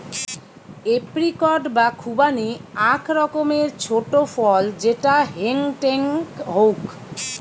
apricot বা খুবানি আক রকমের ছোট ফল যেটা হেংটেং হউক